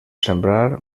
semblar